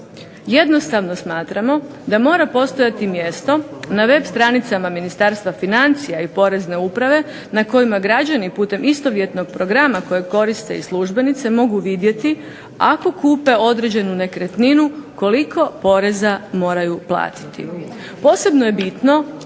Jednostavno smatramo da mora postojati mjesto na web stranicama Ministarstva financija i porezne uprave na kojima građanima putem istovjetnog programa kojeg koriste i službenici, mogu vidjeti ako kupe određenu nekretninu koliko poreza moraju platiti. Posebno je bitno,